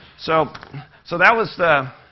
so so that was the